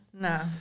no